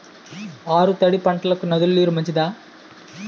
ఆరు తడి పంటలకు నదుల నీరు మంచిదా?